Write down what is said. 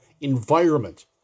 environment